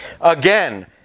Again